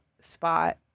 spot